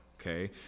Okay